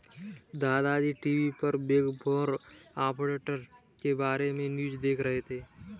दादा जी टी.वी पर बिग फोर ऑडिटर के बारे में न्यूज़ देख रहे थे